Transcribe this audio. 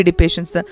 patients